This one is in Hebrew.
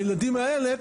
לילדים האלה,